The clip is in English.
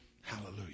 hallelujah